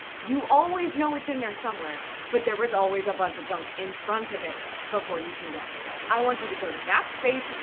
you always know it's in there somewhere, but there is always a bunch of junk in front of it before you can get to it. i want you to go to that space,